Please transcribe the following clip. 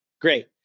great